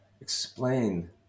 explain